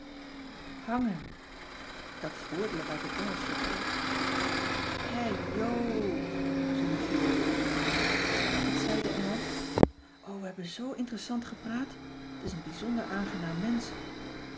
dat is woordelijk uit het engelsch vertaald hè joop zong julie weer wat zei de engel o we hebben zoo interessant gepraat t is een bijzonder aangenaam mensch